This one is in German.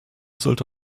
sollte